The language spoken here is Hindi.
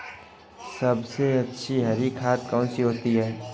सबसे अच्छी हरी खाद कौन सी होती है?